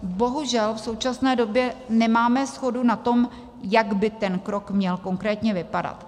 Bohužel v současné době nemáme shodu na tom, jak by ten krok měl konkrétně vypadat.